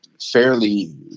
fairly